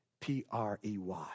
P-R-E-Y